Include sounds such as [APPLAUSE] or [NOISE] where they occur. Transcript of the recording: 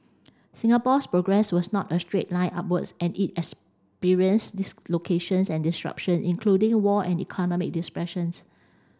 Singapore's progress was not a straight line upwards and it experienced dislocations and disruption including war and economic [UNINTELLIGIBLE]